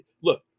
look